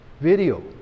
video